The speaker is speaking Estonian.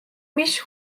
mis